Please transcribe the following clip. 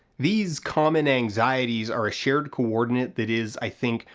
these common anxieties are a shared coordinate that is, i think,